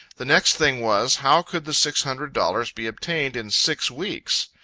the next thing was, how could the six hundred dollars be obtained in six weeks.